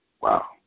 Wow